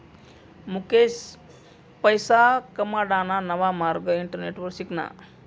मुकेश पैसा कमाडाना नवा मार्ग इंटरनेटवर शिकना